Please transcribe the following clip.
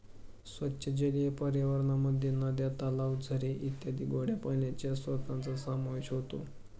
स्वच्छ जलीय पर्यावरणामध्ये नद्या, तलाव, झरे इत्यादी गोड्या पाण्याच्या स्त्रोतांचा समावेश होतो